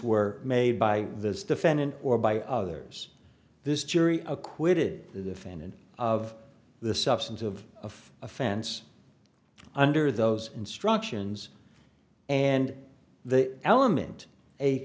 were made by the defendant or by others this jury acquitted the fanon of the substance of offense under those instructions and the element a